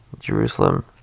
jerusalem